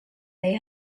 they